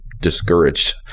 Discouraged